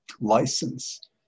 license